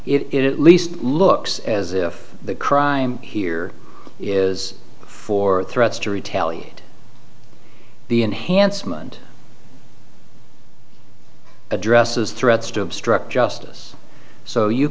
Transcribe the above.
it at least looks as if the crime here is for threats to retaliate the enhancement addresses threats to obstruct justice so you